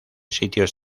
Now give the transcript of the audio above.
sitios